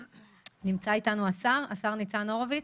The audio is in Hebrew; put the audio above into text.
השר ניצן הורוביץ,